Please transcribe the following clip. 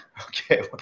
okay